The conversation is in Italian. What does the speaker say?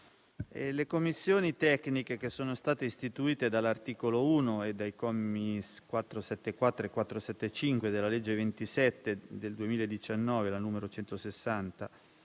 le commissioni tecniche che sono state istituite dall'articolo 1, dai commi 474 e 475, della legge del 27 dicembre 2019,